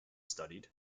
studied